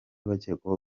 bakekwaho